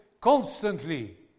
constantly